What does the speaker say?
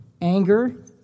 Anger